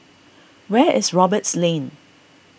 where is Roberts Lane